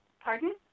Pardon